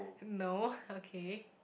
no okay